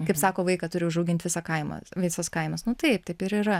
kaip sako vaiką turi užaugint visą kaimą visas kaimas nu taip taip ir yra